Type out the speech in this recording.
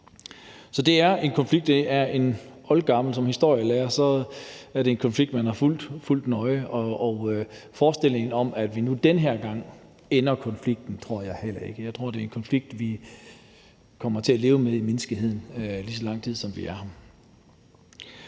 der er oldgammel. Som historielærer er det en konflikt, man har fulgt nøje, og forestillingen om, at vi nu den her gang ender konflikten, tror jeg ikke på. Jeg tror, det er en konflikt, menneskeheden kommer til at leve med lige så lang tid, vi er